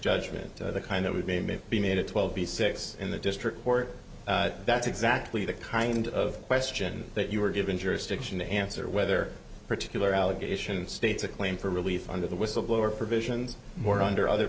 judgment the kind that would be made be made of twelve b six in the district court that's exactly the kind of question that you were given jurisdiction to answer whether particular allegation states a claim for relief under the whistleblower provisions more under other